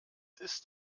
ist